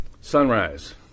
sunrise